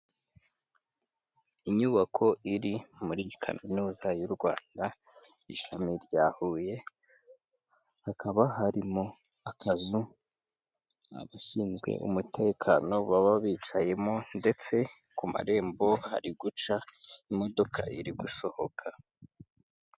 Inyubako iri muri Kaminuza y'u Rwanda ishami rya Huye, hakaba harimo akazu abashinzwe umutekano baba bicayemo ndetse ku marembo hari guca imodoka iri gusohoka.